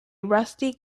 rusty